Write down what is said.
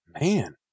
man